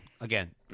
Again